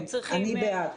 אני בעד.